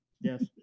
yes